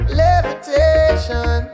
levitation